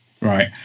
Right